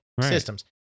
systems